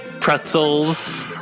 pretzels